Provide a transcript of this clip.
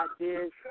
ideas